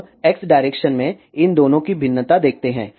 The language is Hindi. अब x डायरेक्शन में इन दोनों की भिन्नता देखते हैं